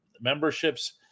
memberships